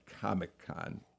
Comic-Con